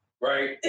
right